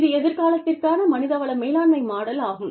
இது எதிர்காலத்திற்கான மனித வள மேலாண்மை மாடல் ஆகும்